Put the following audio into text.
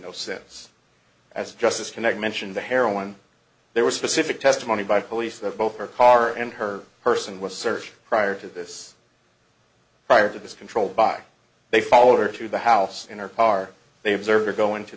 no sense as justice connect mentioned the heroin there were specific testimony by police that both her car and her person was searched prior to this prior to this controlled by they fall over to the house in her car they observed her go into